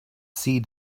see